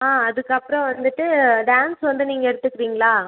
ஆ அதுக்கப்புறம் வந்துட்டு டான்ஸ்ஸு வந்து நீங்கள் எடுத்துக்கிறீங்களா